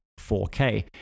4K